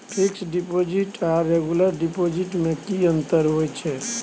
Fix deposit आर regular deposit में की अंतर होय छै?